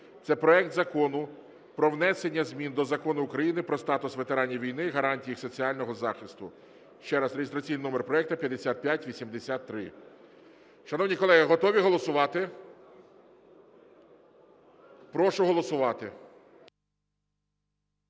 це проект Закону про внесення змін до Закону України "Про статус ветеранів війни, гарантії їх соціального захисту". Ще раз, реєстраційний номер проекту 5583. Шановні колеги, готові голосувати? Прошу голосувати.